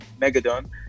Megadon